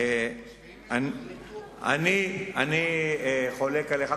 אני חולק עליך.